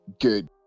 good